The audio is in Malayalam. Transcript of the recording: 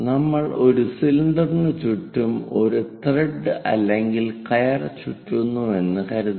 നമ്മൾ ഒരു സിലിണ്ടറിന് ചുറ്റും ഒരു ത്രെഡ് അല്ലെങ്കിൽ കയർ ചുറ്റുന്നുവെന്ന് കരുതുക